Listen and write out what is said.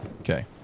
Okay